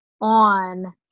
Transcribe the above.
on